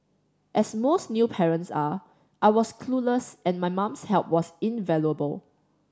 as most new parents are I was clueless and my mum's help was invaluable